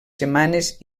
setmanes